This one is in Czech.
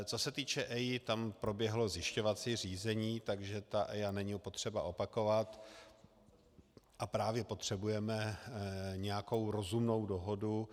Co se týče EIA, tam proběhlo zjišťovací řízení, takže EIA není potřeba opakovat, a právě potřebujeme nějakou rozumnou dohodu.